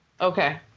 Okay